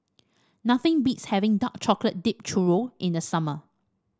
nothing beats having Dark Chocolate Dipped Churro in the summer